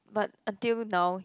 but until now